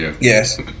yes